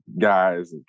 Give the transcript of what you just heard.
guys